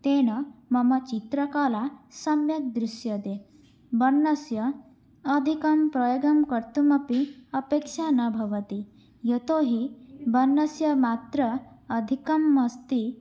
तेन मम चित्रकला सम्यक् दृश्यते वर्णस्य अधिकं प्रयोगं कर्तुमपि अपेक्षा न भवति यतोऽहि वर्णस्य मात्रा अधिकम् अस्ति